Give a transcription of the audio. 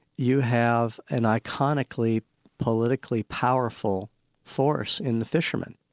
you have an iconically politically powerful force in the fishermen.